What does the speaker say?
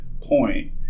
point